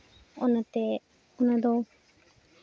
ᱚᱱᱟᱛᱮ ᱚᱱᱟᱫᱚ